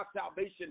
salvation